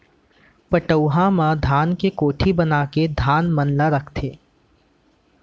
पटउहां म धान के कोठी बनाके धान मन ल रखथें